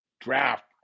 draft